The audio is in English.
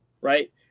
right